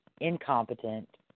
incompetent